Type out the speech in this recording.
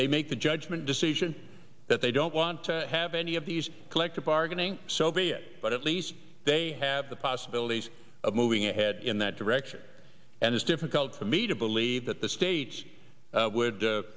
they make the judgment decision that they don't want to have any of these collective bargaining so be it but at least they have the possibilities of moving ahead in that direction and it's difficult for me to believe that the sta